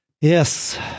Yes